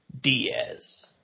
Diaz